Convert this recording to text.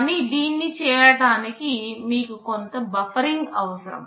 కానీ దీన్ని చేయడానికి మీకు కొంత బఫరింగ్ అవసరం